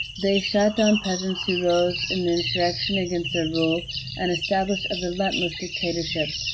they shot down peasants who rose in insurrection against their rule and established a relentless dictatorship.